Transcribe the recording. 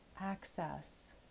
access